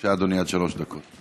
בבקשה, אדוני, עד שלוש דקות.